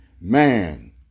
man